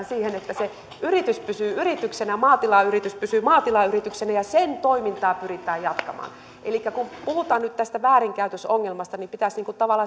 siihen että se yritys pysyy yrityksenä maatilayritys pysyy maatilayrityksenä ja sen toimintaa pyritään jatkamaan kun puhutaan nyt tästä väärinkäytösongelmasta niin pitäisi tavallaan